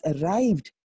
arrived